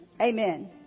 Amen